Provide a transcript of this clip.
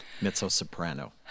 mezzo-soprano